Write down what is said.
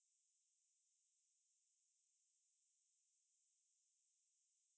like far from my home you know so can like go home 比较容易